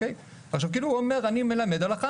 הוא אומר: אני מלמד הלכה,